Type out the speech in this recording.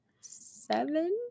seven